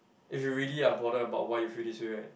if you really are bothered about why you feel this way right